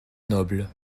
nobles